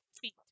feet